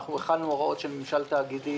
הכנו הוראות של ממשל תאגידי,